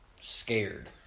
Scared